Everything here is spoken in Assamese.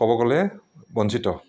ক'ব গ'লে বঞ্চিত